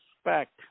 expect